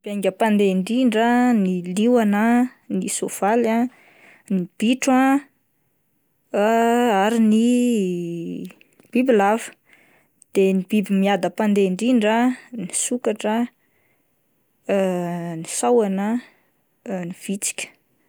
Ny haingam-pandeha indrindra ny liona, ny soavaly, ny bitro ah, ary ny bibilava, de ny biby miadam-pandeha indrindra ny sokatra ny sahona ny vitsika.